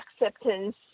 acceptance